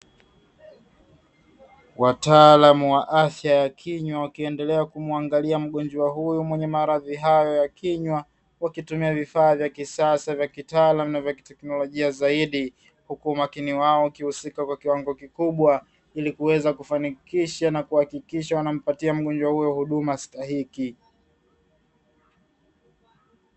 Wataalamu wa afya ya kinywa wakiendelea kumuangalia mgonjwa huyo mwenye maradhi hayo ya kinywa, wakitumia vifaa vya kisasa vya kitaalamu na vya kiteknolojia zaidi, huku umakini wao ukihusika kwa kiwango kikubwa ili kuweza kufanikisha na kuhakikisha wanampatia mgonjwa huyo huduma stahiki.